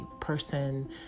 person